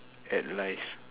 at life